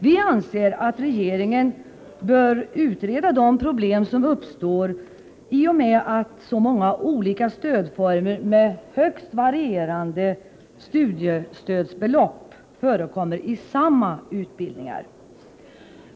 Vi anser att regeringen bör utreda de problem som uppstår i och med att så många olika stödformer med högst varierande studiestödsbelopp förekommer i samma utbildningar.